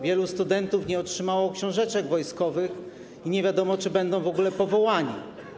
Wielu studentów nie otrzymało książeczek wojskowych i nie wiadomo, czy będą w ogóle powołani.